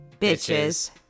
bitches